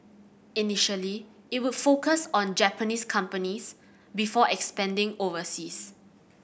initially it would focus on Japanese companies before expanding overseas